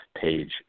page